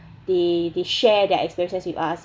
they they share their experiences with us